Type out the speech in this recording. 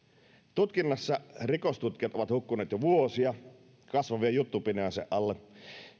tutkinnassa rikostutkijat ovat hukkuneet jo vuosia kasvavien juttupinojensa alle